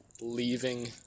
leaving